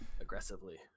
aggressively